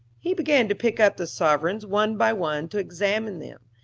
he began to pick up the sovereigns one by one to examine them.